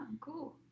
cool